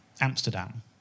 Amsterdam